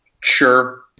Sure